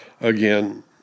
again